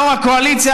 יו"ר הקואליציה,